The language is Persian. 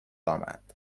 آمد